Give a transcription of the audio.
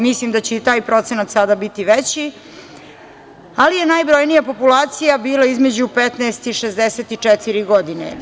Mislim da će i taj procenat sada biti veći, ali je najbrojnija populacija bila između 15 i 64 godine.